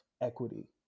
equity